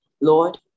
Lord